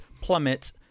plummet